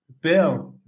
Bill